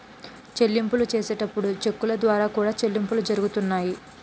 చెల్లింపులు చేసేటప్పుడు చెక్కుల ద్వారా కూడా చెల్లింపులు జరుగుతున్నాయి